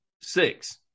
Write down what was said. Six